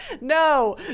No